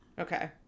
Okay